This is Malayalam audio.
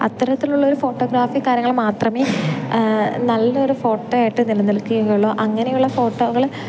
അത്തരത്തിലുള്ളൊരു ഫോട്ടോഗ്രാഫി കാര്യങ്ങൾ മാത്രമേ നല്ലൊരു ഫോട്ടോയായിട്ട് നിലനിൽക്കുകയുള്ളൂ അങ്ങനെയുള്ള ഫോട്ടോകൾ